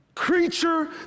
creature